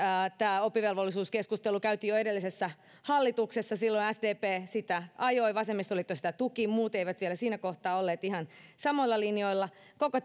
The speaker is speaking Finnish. tämä oppivelvollisuuskeskustelu käytiin jo edellisessä hallituksessa silloin sdp sitä ajoi vasemmistoliitto sitä tuki ja muut eivät vielä siinä kohtaa olleet ihan samoilla linjoilla koko